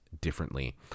differently